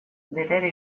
vedere